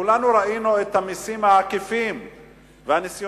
כולנו ראינו את המסים העקיפים והניסיונות.